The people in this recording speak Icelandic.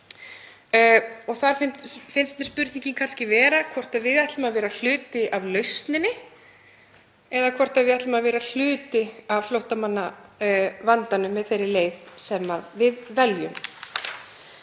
Þar finnst mér spurningin kannski vera hvort við ætlum að vera hluti af lausninni eða hvort við ætlum að vera hluti af flóttamannavandanum með þeirri leið sem við veljum.